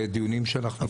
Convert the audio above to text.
דיונים שאנחנו?